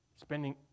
spending